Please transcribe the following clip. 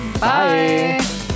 bye